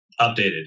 Updated